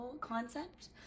concept